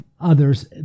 others